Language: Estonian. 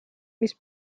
mis